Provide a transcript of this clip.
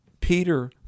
Peter